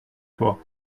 toi